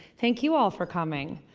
thank you all for coming.